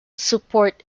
support